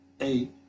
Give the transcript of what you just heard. eight